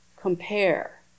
compare